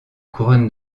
couronne